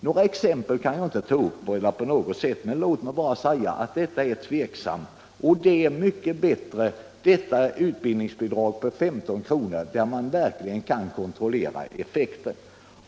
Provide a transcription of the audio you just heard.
Några exempel kan jag inte ta upp här. Men nyttan av detta är mycket diskutabel. Det är mycket bättre med ett utbildningsbidrag på 15 kr. där man verkligen kan kontrollera effekten.